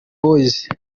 boys